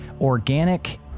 organic